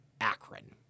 Akron